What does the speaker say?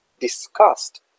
discussed